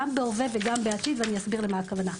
גם בהווה וגם בעתיד ואני אסביר למה הכוונה.